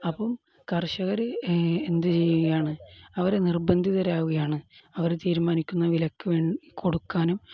അപ്പം കർഷകർ എന്ത് ചെയ്യുകയാണ് അവർ നിർബന്ധിതരാവുകയാണ് അവരെ തീരുമാനിക്കുന്ന വിലക്ക് വേണ്ടി കൊടുക്കാനും